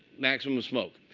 maximum smoke.